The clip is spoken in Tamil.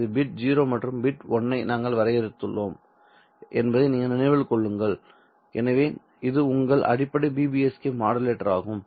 இதில் பிட் 0 மற்றும் பிட் 1 ஐ நாங்கள் வரையறுத்துள்ளோம் என்பதை நினைவில் கொள்ளுங்கள் எனவே இது உங்கள் அடிப்படை BPSK மாடுலேட்டராகும்